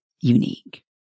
unique